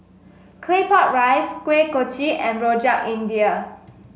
Claypot Rice Kuih Kochi and Rojak India